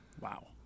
Wow